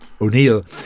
O'Neill